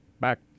back